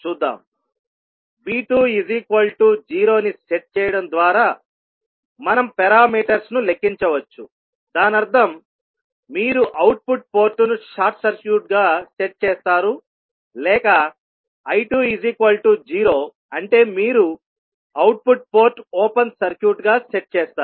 V20 ని set చేయడం ద్వారా మనం పారామీటర్స్ ను లెక్కించవచ్చు దానర్థం మీరు అవుట్పుట్ పోర్టును షార్ట్ సర్క్యూట్ గా సెట్ చేస్తారు లేక I20 అంటే మీరు అవుట్పుట్ పోర్ట్ ఓపెన్ సర్క్యూట్ గా సెట్ చేస్తారు